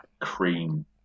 cream